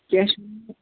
کیٛاہ چھِو وَنان